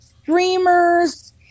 streamers